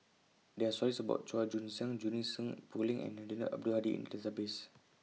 There Are stories about Chua Joon Siang Junie Sng Poh Leng and Eddino Abdul Hadi in The Database